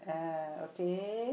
uh okay